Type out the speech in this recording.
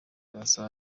barasaba